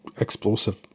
explosive